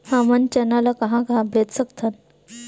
हमन चना ल कहां कहा बेच सकथन?